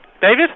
David